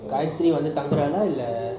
காயத்திரி வந்து தாங்குறாளா:gayathiri vanthu thangurala